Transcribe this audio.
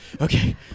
Okay